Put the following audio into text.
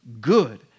good